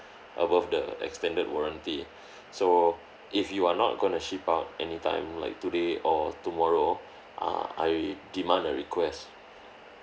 above the extended warranty so if you are not going to ship out anytime like today or tomorrow uh I demand a request